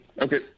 Okay